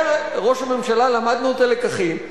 אומר ראש הממשלה: למדנו את הלקחים.